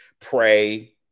pray